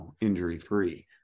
injury-free